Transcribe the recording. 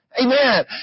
Amen